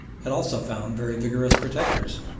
had also found very vigorous protectors.